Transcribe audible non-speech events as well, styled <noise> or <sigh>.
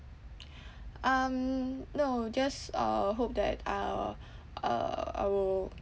<noise> um no just uh hope that uh uh I will